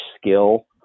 skill